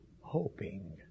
hoping